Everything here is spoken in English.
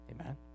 Amen